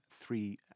three